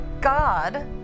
God